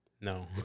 No